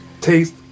Taste